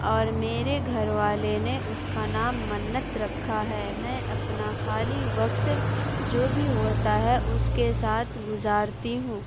اور میرے گھر والے نے اس کا نام منت رکھا ہے میں اپنا خالی وقت جو بھی ہوتا ہے اس کے ساتھ گزارتی ہوں